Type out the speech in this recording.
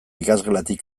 ikasgelatik